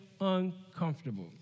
uncomfortable